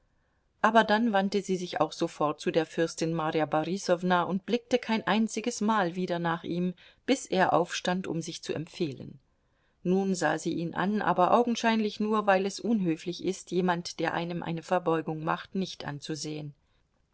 aber dann wandte sie sich auch sofort zu der fürstin marja borisowna und blickte kein einziges mal wieder nach ihm bis er aufstand um sich zu empfehlen nun sah sie ihn an aber augenscheinlich nur weil es unhöflich ist jemand der einem eine verbeugung macht nicht anzusehen